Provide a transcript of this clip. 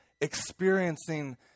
experiencing